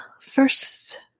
first